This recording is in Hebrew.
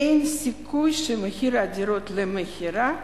אין סיכוי שמחירי הדירות למכירה ירדו.